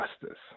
justice